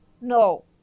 no